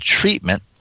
Treatment